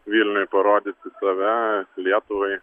vilniui parodyti save lietuvai